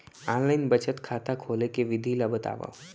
Online बचत खाता खोले के विधि ला बतावव?